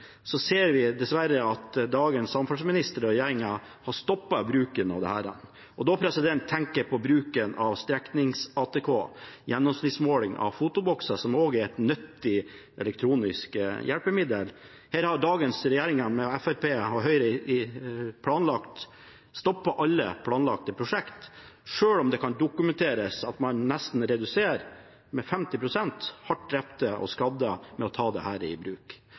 ser vi dessverre at dagens samferdselsminister og regjering har stoppet bruken av dette. Da tenker jeg på bruken av streknings-ATK, gjennomsnittsmåling med fotobokser, som også er et nyttig elektronisk hjelpemiddel. Her har dagens regjering, med Fremskrittspartiet og Høyre, tenkt å stoppe alle planlagte prosjekt, selv om det kan dokumenteres at man nesten reduserer antallet drepte og skadde med 50 pst. med å ta det i bruk